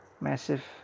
massive